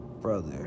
brother